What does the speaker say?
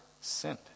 sinned